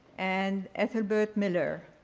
and ethelbert miller.